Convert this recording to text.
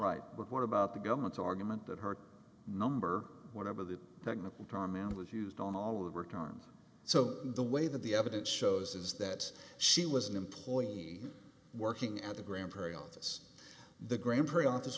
right but what about the government's argument that her number whatever the technical term and was used on all of her term so the way that the evidence shows is that she was an employee working at the grand prairie office the grand prix office